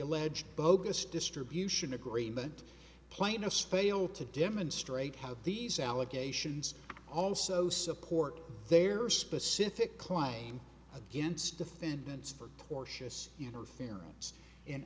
alleged bogus distribution agreement plaintiff fail to demonstrate how these allegations also support their specific claim against defendants for tortious interference in